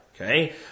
okay